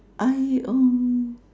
I um